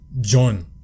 John